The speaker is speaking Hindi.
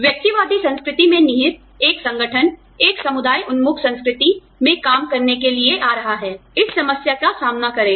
व्यक्तिवादी संस्कृति में निहित एक संगठन एक समुदाय उन्मुख संस्कृति में काम करने के लिए आ रहा है इस समस्या का सामना करेगा